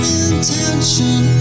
intention